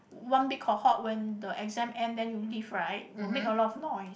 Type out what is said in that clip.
one big cohort when the exam end then you leave right will make a lot of noise